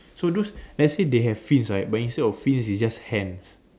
so those let's say they have fins right but instead of fins it's just hands